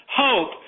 hope